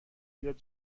بیاد